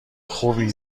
خوبی